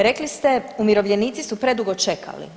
Rekli ste umirovljenici su predugo čekali.